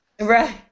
Right